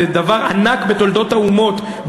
זה דבר ענק בתולדות האומות.